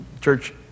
church